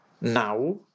now